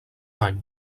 any